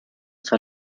sur